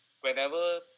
whenever